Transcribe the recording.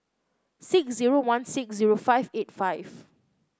six zero one six zero five eight five